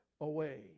away